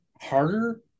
harder